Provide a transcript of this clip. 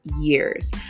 years